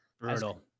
Brutal